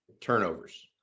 Turnovers